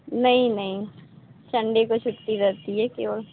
नहीं नहीं सन्डे को छुट्टी रहती है केवल